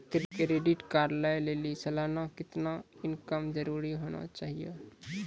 Credit card लय लेली सालाना कितना इनकम जरूरी होना चहियों?